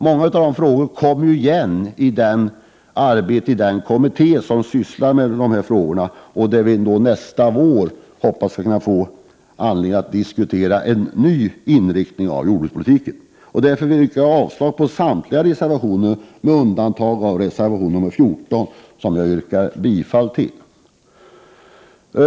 Många av frågorna kommer igen i arbetet inom den kommitté som sysslar med dessa frågor. Vi hoppas att nästa vår ha anledning att diskutera en ny inriktning av jordbrukspolitiken. Därför yrkar jag avslag på samtliga reservationer med undantag av reservation 14, som jag yrkar bifall till.